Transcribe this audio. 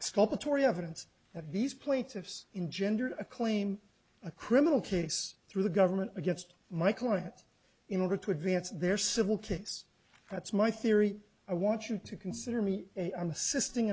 stop a tory evidence that these plaintiffs engender a claim a criminal case through the government against my clients in order to advance their civil case that's my theory i want you to consider me assisting in